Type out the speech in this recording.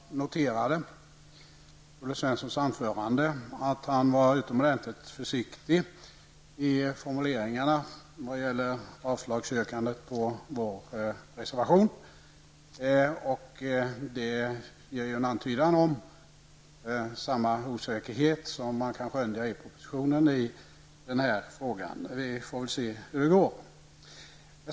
Fru talman! Jag noterade i Olle Svenssons anförande att han var utomordentligt försiktig i formuleringarna vad gäller avslagsyrkandet på vår reservation. Det ger ju en antydan om samma osäkerhet som man kan skönja i propositionen i den här frågan. Vi får väl se hur det går.